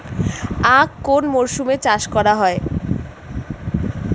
আখ কোন মরশুমে চাষ করা হয়?